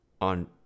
on